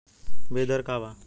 बीज दर का वा?